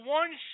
one